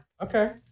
Okay